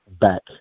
back